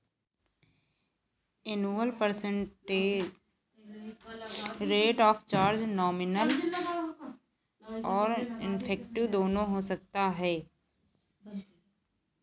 annual percent rate of charge nominal और effective दोनों हो सकता है